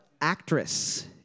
actress